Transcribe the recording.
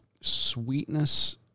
sweetness